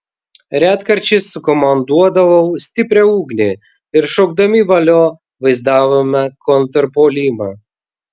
retkarčiais sukomanduodavau stiprią ugnį ir šaukdami valio vaizdavome kontrpuolimą